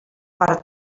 per